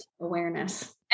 Awareness